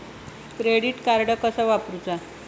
Credit card कसा वापरूचा?